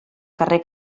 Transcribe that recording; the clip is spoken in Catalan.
carrer